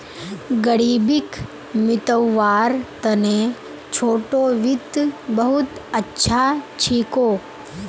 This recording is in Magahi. ग़रीबीक मितव्वार तने छोटो वित्त बहुत अच्छा छिको